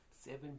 Seven